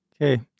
Okay